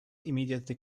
immediately